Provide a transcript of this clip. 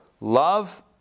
love